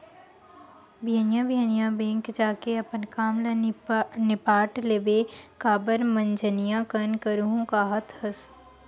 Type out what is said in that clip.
बिहनिया बिहनिया बेंक जाके अपन काम ल निपाट लेबे काबर मंझनिया कन करहूँ काहत हस